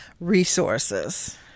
resources